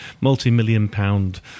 multi-million-pound